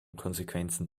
konsequenzen